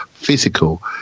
Physical